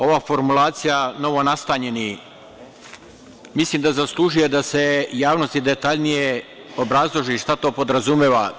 Ova formulacija novonastanjeni, mislim da zaslužuje da se javnosti detaljnije obrazloži šta to podrazumeva.